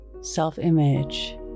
self-image